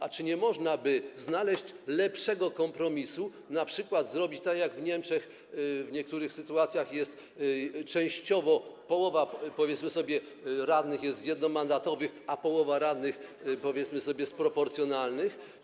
A czy nie można by znaleźć lepszego kompromisu, np. zrobić tak, jak w Niemczech jest w niektórych sytuacjach: częściowo połowa, powiedzmy sobie, radnych jest z jednomandatowych, a połowa radnych, powiedzmy sobie, z proporcjonalnych?